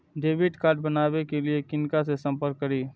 Debit card बनावे के लिए किनका से संपर्क करी?